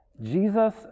Jesus